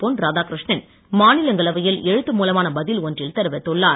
பொன்ராதாகிருஷ்ணன் மாநிலங்களவையில் எழுத்து மூலமான பதில் ஒன்றில் தெரிவித்துள்ளார்